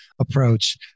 approach